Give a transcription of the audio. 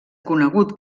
conegut